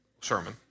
sermon